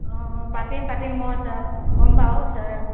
অঁ অঁ পাতিম পাতিম মই ছাৰ ক'ম বাৰু